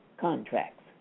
contracts